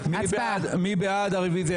מי בעד הרוויזיה?